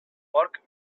porc